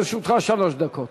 לרשותך שלוש דקות.